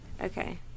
Okay